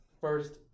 first